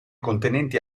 contenenti